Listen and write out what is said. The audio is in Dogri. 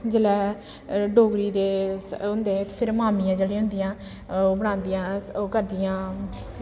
जेल्लै डोगरी दे होंदे फिर मामियां जेह्ड़ियां होंदियां ओह् बनांदियां ओह् करदियां